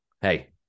hey